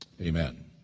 amen